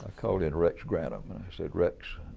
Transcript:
ah called in rex granum and i said, rex,